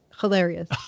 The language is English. hilarious